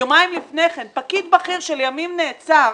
יומיים לפני כן פקיד בכיר שלימים נעצר